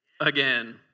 again